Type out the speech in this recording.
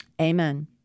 Amen